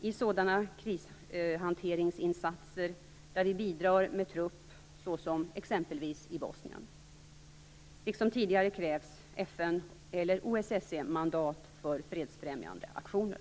i sådana krishanteringsinsatser där vi bidrar med trupp, såsom exempelvis i Bosnien. Liksom tidigare krävs FN eller OSSE-mandat för fredsfrämjande aktioner.